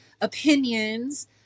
opinions